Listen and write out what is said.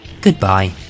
Goodbye